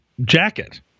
jacket